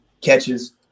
catches